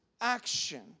action